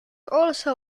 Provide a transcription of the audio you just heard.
also